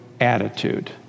attitude